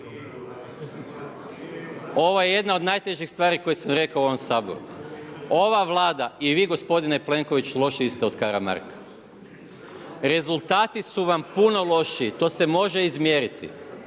Ovo je jedna od najtežih stvari koje sam rekao u ovom Saboru. Ova Vlada i vi gospodine Plenković lošiji ste od Karamarka. Rezultati su vam puno lošiji, to se može izmjeriti.